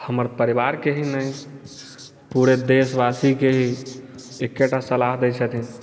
हमर परिवार के ही नहि पुरे देशवासी के ही एकेटा सलाह दै छथिन